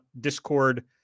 Discord